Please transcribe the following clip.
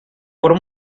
por